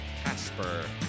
Casper